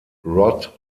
rod